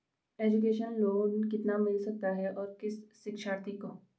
Education loan कितना मिल सकता है और किस शिक्षार्थी को?